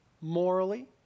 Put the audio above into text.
morally